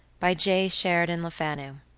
by j. sheridan lefanu